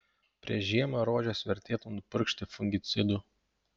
prieš žiemą rožes vertėtų nupurkšti fungicidu